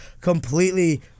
completely